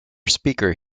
speaker